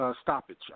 stoppage